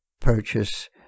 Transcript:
purchase